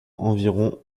environ